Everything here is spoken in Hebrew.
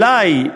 אולי,